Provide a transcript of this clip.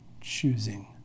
choosing